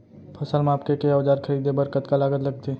फसल मापके के औज़ार खरीदे बर कतका लागत लगथे?